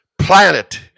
planet